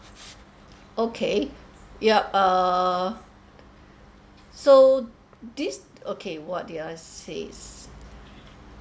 okay yup err so this okay what did I say